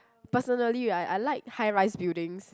personally right I like high-rise buildings